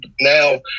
Now